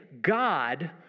God